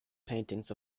paintings